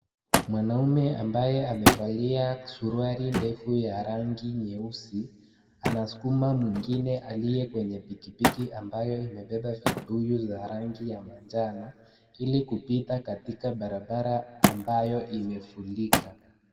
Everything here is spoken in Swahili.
Mwanaume ambaye amevalia suruali ndefu ya rangi nyeusi ana sukuma mwingine aliyekwenye pikipiki ambayo imebeba vibuyu za rangi ya manjano ili kupiata katika barabara ambayo imefurika.